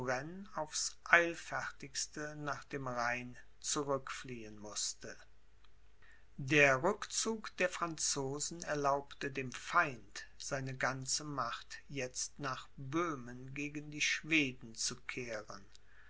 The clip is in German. aufs eilfertigste nach dem rhein zurückfliehen mußte der rückzug der franzosen erlaubte dem feind seine ganze macht jetzt nach böhmen gegen die schweden zu kehren